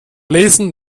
lesen